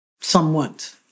somewhat